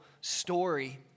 story